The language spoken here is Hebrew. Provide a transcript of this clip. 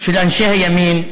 של אנשי הימין,